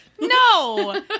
No